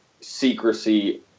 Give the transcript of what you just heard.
secrecy